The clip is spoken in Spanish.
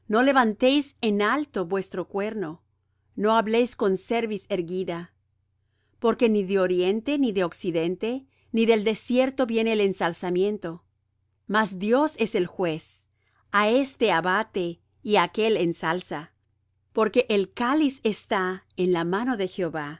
no levantéis en alto vuestro cuerno no habléis con cerviz erguida porque ni de oriente ni de occidente ni del desierto viene el ensalzamiento mas dios es el juez a éste abate y á aquel ensalza porque el cáliz está en la mano de jehová